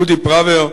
אודי פראוור,